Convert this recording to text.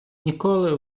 ніколи